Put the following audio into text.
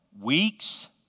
weeks